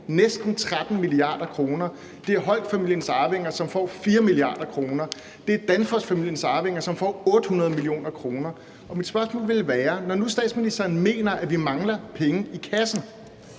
næsten 13 mia. kr. Det er Holchfamiliens arvinger, som får 4 mia. kr. Det er Danfossfamiliens arvinger, som får 800 mio. kr. Og mit spørgsmål vil være: Når nu statsministeren mener, at vi mangler penge i kassen